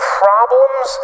problems